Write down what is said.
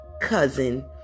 cousin